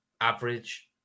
average